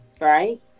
right